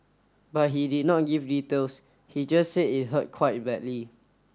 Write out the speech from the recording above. but he did not give details he just said it hurt quite badly